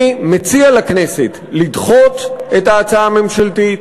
אני מציע לכנסת לדחות את ההצעה הממשלתית,